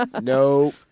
No